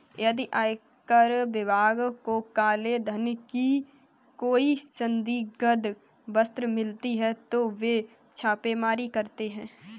यदि आयकर विभाग को काले धन की कोई संदिग्ध वस्तु मिलती है तो वे छापेमारी करते हैं